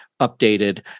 updated